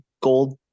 gold